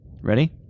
Ready